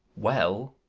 well!